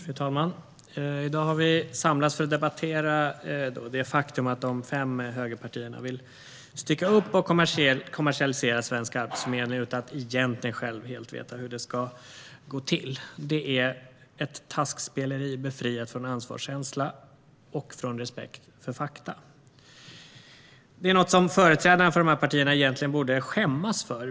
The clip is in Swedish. Fru talman! I dag har vi samlats för att debattera det faktum att de fem högerpartierna vill stycka upp och kommersialisera svensk arbetsförmedling utan att egentligen själva helt veta hur det ska gå till. Det är ett taskspeleri med frihet från ansvarskänsla och från respekt för fakta. Det är något som företrädarna för de här partierna egentligen borde skämmas för.